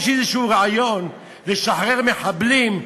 יש לי איזה רעיון לשחרר מחבלים?